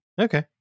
Okay